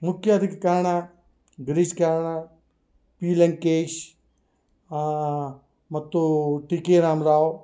ಮುಖ್ಯ ಅದಕ್ಕೆ ಕಾರಣ ಗಿರೀಶ್ ಕಾರ್ನಾಡ್ ಪಿ ಲಂಕೇಶ್ ಮತ್ತು ಟಿ ಕೆ ರಾಮ್ ರಾವ್